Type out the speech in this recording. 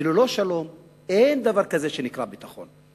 וללא שלום אין דבר כזה שנקרא ביטחון.